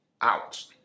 out